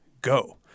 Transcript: go